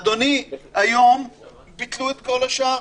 אדוני, היום ביטלו את כל השאר.